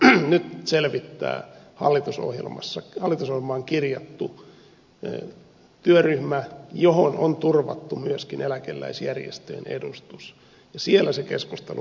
sitä nyt selvittää hallitusohjelmaan kirjattu työryhmä johon on turvattu myöskin eläkeläisjärjestöjen edustus ja siellä se keskustelu pitää käydä